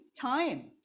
time